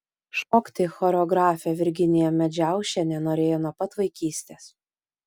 šokti choreografė virginija medžiaušienė norėjo nuo pat vaikystės